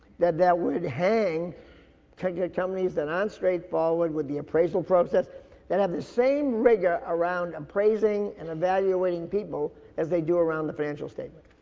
that that were to hang triggered companies that aren't straight forward with the appraisal process that have the same rigor around appraising and evaluating people as they do around the financial statement.